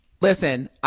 Listen